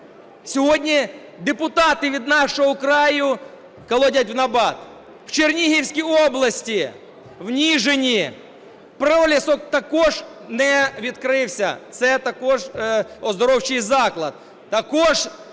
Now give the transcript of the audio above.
Сьогодні депутати від "Нашого краю" колотять в набат. У Чернігівській області, в Ніжині, "Пролісок" також не відкрився, це також оздоровчий заклад.